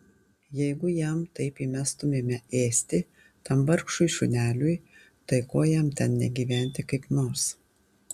jeigu jam taip įmestumėme ėsti tam vargšui šuneliui tai ko jam ten negyventi kaip nors